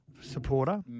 supporter